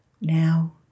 Now